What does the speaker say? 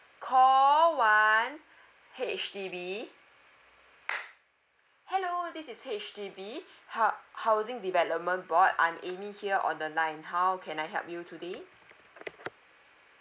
call one H_D_B hello this is H_D_B hou~ housing development board I'm amy here on the line how can I help you today